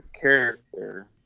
character